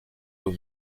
aux